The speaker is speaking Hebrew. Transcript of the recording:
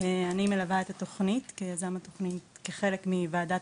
אני מלווה את התוכנית כיזם התוכנית וכחלק מוועדת